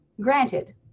granted